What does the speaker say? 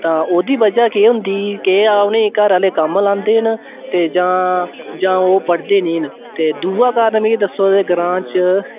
तां ओह्दी बजह् केह् होंदी के जां उ'नें गी घरा आह्ले क'म्म लांदे न ते जां जां ओह् पढ़दे नेईं न ते दूआ कारण मिगी दस्सो ते ग्रांऽ च